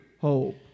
hope